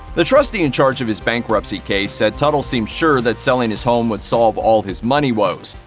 the trustee in charge of his bankruptcy case said teutul seemed sure that selling his home would solve all his money woes,